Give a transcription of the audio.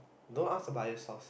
don't ask a bias source